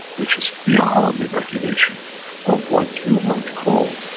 which is beyond imagination of what you might call,